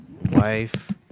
wife